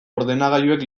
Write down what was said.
ordenagailuek